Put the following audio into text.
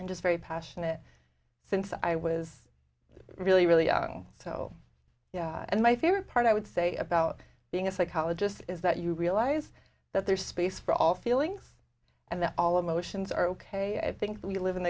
and just very passionate since i was really really so and my favorite part i would say about being a psychologist is that you realize that there is space for all feelings and that all emotions are ok i think we live in